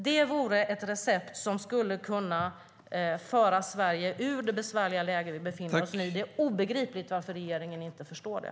Det vore ett recept som skulle kunna föra Sverige ur det besvärliga läge vi befinner oss i. Det är obegripligt att regeringen inte förstår det.